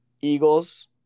Eagles